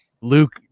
Luke